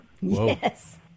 Yes